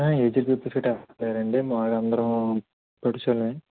aged peoples కట్ట ఎవరూ లేరండి మాములుగా అందరమూ